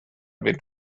been